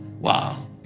Wow